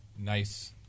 nice